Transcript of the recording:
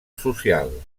social